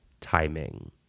timing